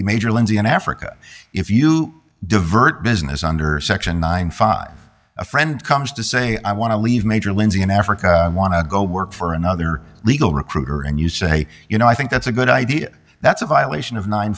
be major lindsay in africa if you divert business under section ninety five a friend comes to say i want to leave major lindsay in africa want to go work for another legal recruiter and you say you know i think that's a good idea that's a violation of nine